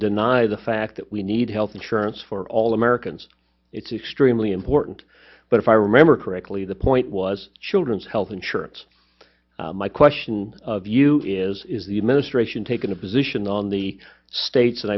deny the fact that we need health insurance for all americans it's extremely important but if i remember correctly the point was children's health insurance my question of you is the administration taking a position on the states